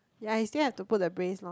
ya he still have to put the brace loh